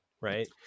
right